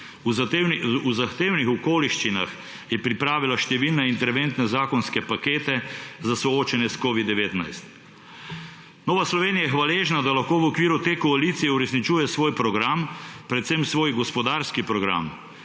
V zahtevnih okoliščinah je pripravila številne interventne zakonske pakete za soočenje s covidom-19. Nova Slovenija je hvaležna, da lahko v okviru te koalicije uresničuje svoj program, predvsem svoj gospodarski program.